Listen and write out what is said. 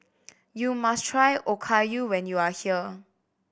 you must try Okayu when you are here